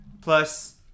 Plus